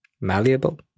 Malleable